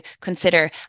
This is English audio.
consider